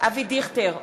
אבי דיכטר,